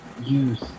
use